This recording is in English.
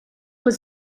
was